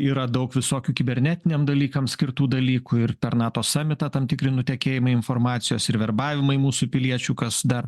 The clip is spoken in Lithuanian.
yra daug visokių kibernetiniam dalykam skirtų dalykų ir per nato sumitą tam tikri nutekėjimai informacijos ir verbavimai mūsų piliečių kas dar